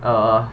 err